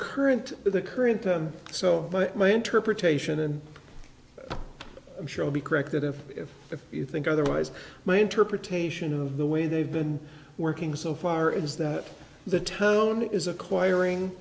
current the current so but my interpretation and i'm sure i'll be corrected if you think otherwise my interpretation of the way they've been working so far is that the town is acquiring